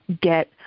get